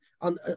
on